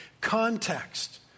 context